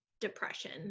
depression